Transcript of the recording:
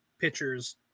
pitchers